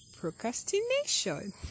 procrastination